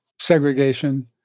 segregation